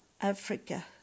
Africa